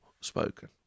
spoken